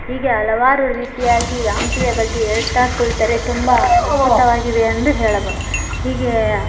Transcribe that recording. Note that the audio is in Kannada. ಹೀಗೆ ಹಲವಾರು ರೀತಿಯಾಗಿ ಹಂಪಿಯ ಬಗ್ಗೆ ಹೇಳ್ತಾ ಕುಳಿತರೆ ತುಂಬ ಅದ್ಭುತವಾಗಿವೆ ಎಂದು ಹೇಳಬೋದು ಹೀಗೆ